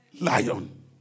lion